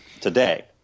today